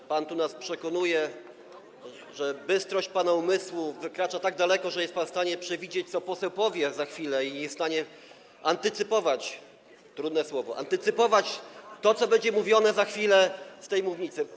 Bo pan tu nas przekonuje, że bystrość pana umysłu wykracza tak daleko, że jest pan w stanie przewidzieć, co poseł powie za chwilę, i jest w stanie antycypować - trudne słowo - to, co będzie mówione za chwilę z tej mównicy.